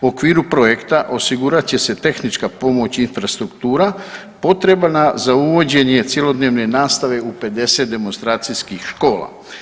U okviru projekta osigurat će se tehnička pomoć i infrastruktura potrebna za uvođenje cjelodnevne nastave u 50 demonstracijskih škola.